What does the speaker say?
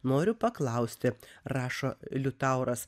noriu paklausti rašo liutauras